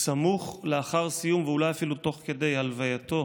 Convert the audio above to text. סמוך לאחר סיום, ואולי אפילו תוך כדי, הלווייתו